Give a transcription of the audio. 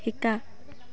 শিকা